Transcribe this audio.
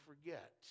forget